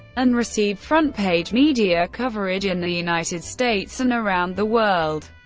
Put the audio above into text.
and received front-page media coverage in the united states and around the world.